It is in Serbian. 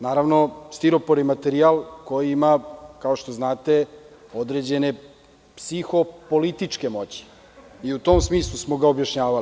Naravno, stiropor je materijal koji ima, kao što znate, određene psihopolitičke moći i u tom smislu smo ga objašnjavali.